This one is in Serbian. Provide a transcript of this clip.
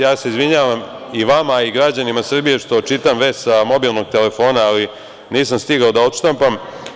Ja se izvinjavam i vama i građanima Srbije što čitam vest sa mobilnog telefona, ali nisam stigao da odštampam.